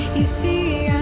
you see